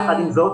יחד עם זאת,